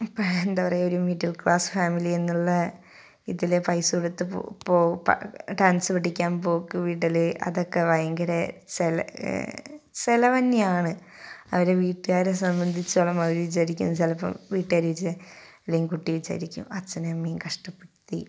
ഇപ്പം എന്താണ് പറയുക ഒരു മിഡിൽ ക്ലാസ് ഫാമിലി എന്നുള്ള ഇതിൽ പൈസ കൊടുത്ത് ഡാൻസ് പഠിക്കാൻ പോക്ക് വിടൽ അതൊക്ക ഭയങ്കര ചിലവ് തന്നെയാണ് അവരെ വീട്ടുകാരെ സംബന്ധിച്ചിടത്തോളം അവർ വിചാരിക്കും ചിലപ്പം വീട്ടുകാർ അല്ലെങ്കിൽ കുട്ടി വിചാരിക്കും അച്ഛനെയും അമ്മയേയും കഷ്ടപ്പെടുത്തി